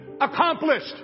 accomplished